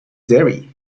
derry